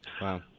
Wow